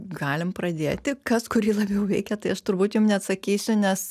galim pradėti kas kurį labiau veikia tai aš turbūt jums neatsakysiu nes